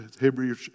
Hebrew